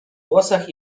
włosach